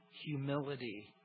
humility